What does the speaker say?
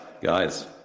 guys